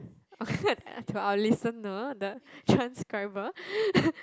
I heard I will listen orh the transcriber